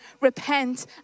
Repent